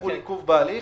יחול עיכוב בהליך,